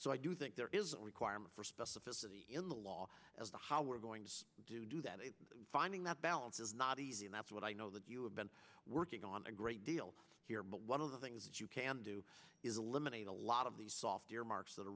so i do think there is a requirement for specificity in the law as to how we're going to do that in finding that balance is not easy and that's what i know that you have been working on a great deal here but one of the things you can do is eliminate a lot of these soft earmarks that are